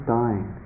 dying